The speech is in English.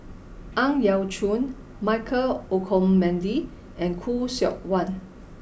Ang Yau Choon Michael Olcomendy and Khoo Seok Wan